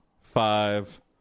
five